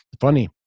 Funny